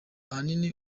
ahanini